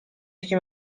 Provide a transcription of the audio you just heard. یکی